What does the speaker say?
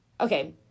Okay